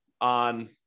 on